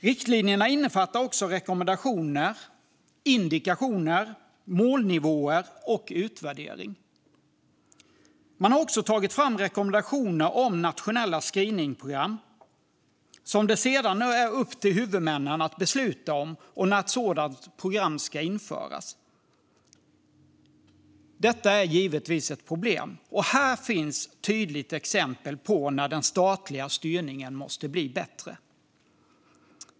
Riktlinjerna innefattar rekommendationer, indikatorer, målnivåer och utvärdering. Man har också tagit fram rekommendationer om nationella screeningprogram. Det är sedan upp till huvudmännen att besluta om dem och när ett sådant program ska införas. Detta är givetvis ett problem, och här finns ett tydligt exempel på när den statliga styrningen måste bli bättre.